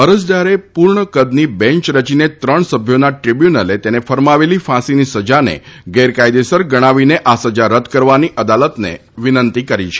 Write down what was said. અરજદારે પૂર્ણ કદની બેન્ય રચીને ત્રણ સભ્યોના ટ્રીબ્યુનલે તેને ફરમાવેલી ફાંસીની સજાને ગેરકાયેદસર ગણાવીને આ સજા રદ્દ કરવાની અદાલતને વિનંતી કરી છે